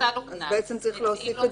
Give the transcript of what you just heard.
הוטל עליו קנס -- אז בעצם צריך להוסיף את